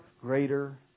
greater